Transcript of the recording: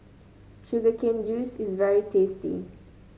Sugar Cane Juice is very tasty